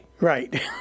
Right